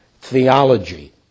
theology